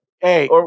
Hey